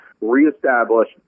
reestablish